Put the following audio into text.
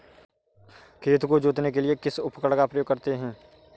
खेत को जोतने के लिए किस उपकरण का उपयोग करते हैं?